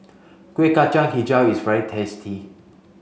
Kueh Kacang Hijau is very tasty